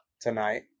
tonight